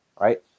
Right